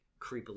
creepily